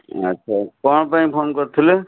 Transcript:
ଆଚ୍ଛା କ'ଣ ପାଇଁ ଫୋନ୍ କରିଥିଲେ